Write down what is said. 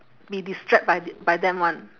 be distract by th~ them [one]